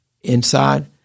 inside